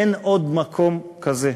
אין עוד מקום כזה.